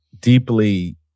deeply